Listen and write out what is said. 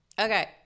okay